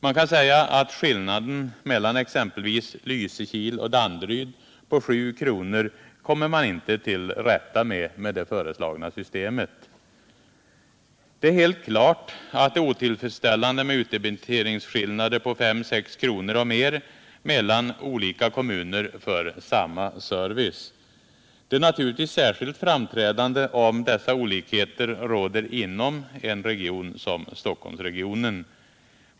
Det kan som exempel anges att man genom det föreslagna systemet inte kommer till rätta med den skillnad på 7 kr. som föreligger mellan Lysekil och Danderyd. Det är helt klart att det är otillfredsställande med utdebiteringsskillnader på 5-6 kronor och mer mellan olika kommuner för samma service. Det är naturligtvis särskilt framträdande om dessa olikheter råder inom en region, som Stockholmsregionen.